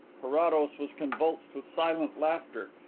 carrados was convulsed with silent laughter.